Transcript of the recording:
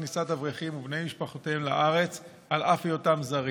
כניסת אברכים ובני משפחותיהם לארץ על אף היותם זרים.